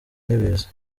n’ibiza